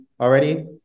Already